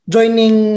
Joining